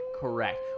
Correct